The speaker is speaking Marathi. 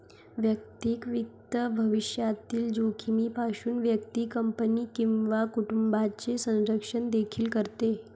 वैयक्तिक वित्त भविष्यातील जोखमीपासून व्यक्ती, कंपनी किंवा कुटुंबाचे संरक्षण देखील करते